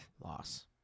loss